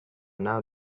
now